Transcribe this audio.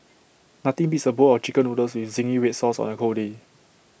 nothing beats A bowl of Chicken Noodles with Zingy Red Sauce on A cold day